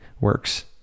works